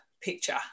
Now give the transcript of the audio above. picture